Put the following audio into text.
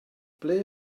ble